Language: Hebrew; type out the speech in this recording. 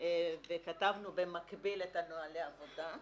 וכתבנו במקביל את נהלי העבודה.